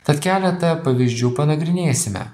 tad keletą pavyzdžių panagrinėsime